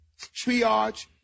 triage